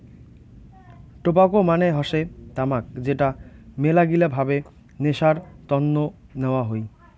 tobacco মানে হসে তামাক যেটা মেলাগিলা ভাবে নেশার তন্ন নেওয়া হই